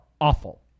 awful